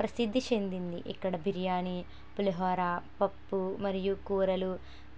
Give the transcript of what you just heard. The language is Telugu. ప్రసిద్ది చెందింది ఇక్కడ బిర్యానీ పులిహోర పప్పు మరియు కూరలు